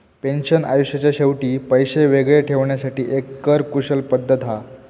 pension आयुष्याच्या शेवटी पैशे वेगळे ठेवण्यासाठी एक कर कुशल पद्धत हा